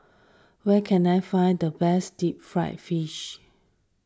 where can I find the best Deep Fried Fish